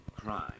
crime